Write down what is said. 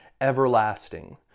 everlasting